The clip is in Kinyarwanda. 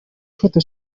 foto